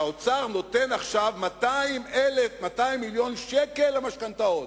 שהאוצר נותן עכשיו 200 מיליון שקל למשכנתאות,